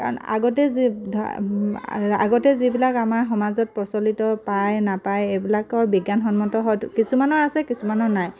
কাৰণ আগতে যি আগতে যিবিলাক আমাৰ সমাজত প্ৰচলিত পায় নাপায় এইবিলাকৰ বিজ্ঞানসন্মত হয়তো কিছুমানৰ আছে কিছুমানৰ নাই